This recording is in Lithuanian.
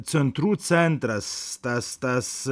centrų centras tas tas